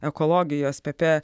ekologijos pepe